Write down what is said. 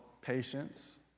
patience